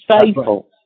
faithful